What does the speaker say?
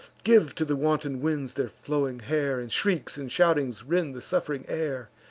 give to the wanton winds their flowing hair, and shrieks and shoutings rend the suff'ring air.